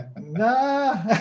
No